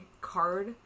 card